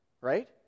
Right